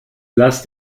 lass